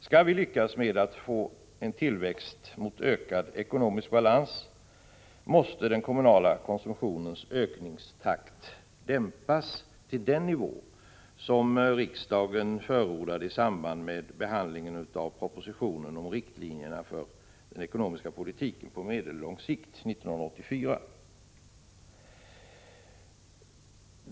Skall vi lyckas med att få en tillväxt mot ökad ekonomisk balans måste den kommunala konsumtionens ökningstakt dämpas till den nivå som riksdagen förordade i samband med behandlingen av propositionen om riktlinjerna för den ekonomiska politiken på medellång sikt 1984.